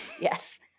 Yes